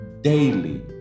daily